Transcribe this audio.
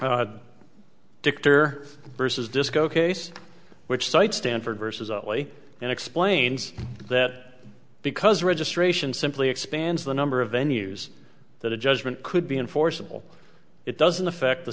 dictator vs disco case which cites stanford versus oakley and explains that because registration simply expands the number of venues that a judgment could be enforceable it doesn't affect the